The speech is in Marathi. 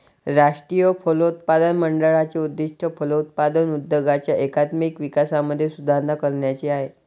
राष्ट्रीय फलोत्पादन मंडळाचे उद्दिष्ट फलोत्पादन उद्योगाच्या एकात्मिक विकासामध्ये सुधारणा करण्याचे आहे